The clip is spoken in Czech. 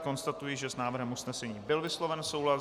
Konstatuji, že s návrhem usnesení byl vysloven souhlas.